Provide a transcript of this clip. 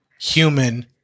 human